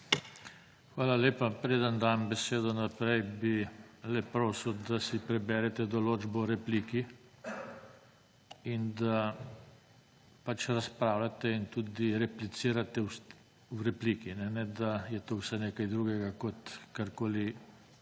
Hvala lepa. Preden dam besedo naprej, bi le prosil, da si preberete določbo o repliki in da razpravljate in tudi replicirate v repliki, ne da je to vse nekaj drugega kot tisto,